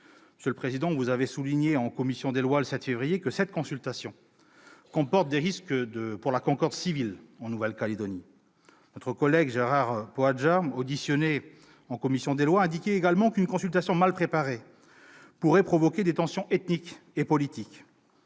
Monsieur le président, vous avez souligné en commission des lois, le 7 février, que cette consultation comportait des risques pour la concorde civile en Nouvelle-Calédonie. Notre collègue Gérard Poadja, auditionné par cette même commission, indiquait également qu'une consultation mal préparée pourrait provoquer des tensions ethniques et politiques.